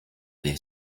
their